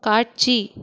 காட்சி